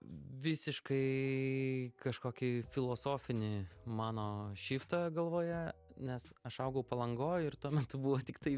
visiškai kažkokį filosofinį mano šiftą galvoje nes aš augau palangoj ir tuo metu buvo tiktai